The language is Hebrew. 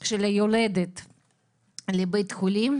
הגליל,